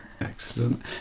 Excellent